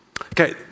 Okay